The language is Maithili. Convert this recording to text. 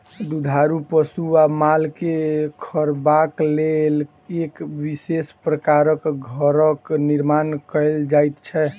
दुधारू पशु वा माल के रखबाक लेल एक विशेष प्रकारक घरक निर्माण कयल जाइत छै